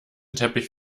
teppich